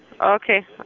Okay